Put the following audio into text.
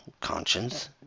conscience